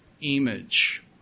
image